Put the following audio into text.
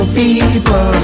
people